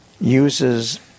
uses